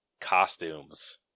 Costumes